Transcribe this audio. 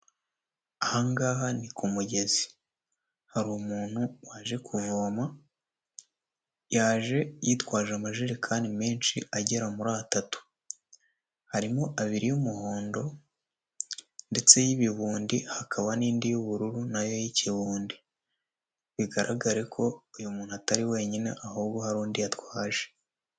Aha ngaha ni ku mugezi. Hari umuntu waje kuvoma, yaje yitwaje amajerekani menshi agera muri atatu. Harimo abiri y'umuhondo ndetse y'ibibundi, hakaba n'indi y'ubururu na yo y'ikibundi. Bigaragare ko uyu muntu atari wenyine, ahubwo hari undi yatwaje.